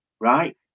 right